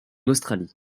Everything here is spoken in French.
australie